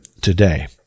today